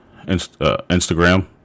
Instagram